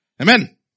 Amen